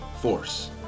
force